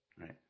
Right